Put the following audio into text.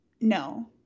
no